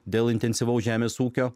dėl intensyvaus žemės ūkio